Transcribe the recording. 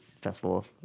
festival